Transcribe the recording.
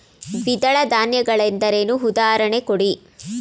ದ್ವಿದಳ ಧಾನ್ಯ ಗಳೆಂದರೇನು, ಉದಾಹರಣೆ ಕೊಡಿ?